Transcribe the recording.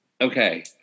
Okay